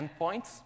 endpoints